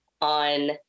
on